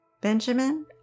Benjamin